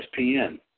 ESPN